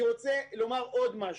אני רוצה לומר עוד משהו,